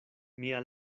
mia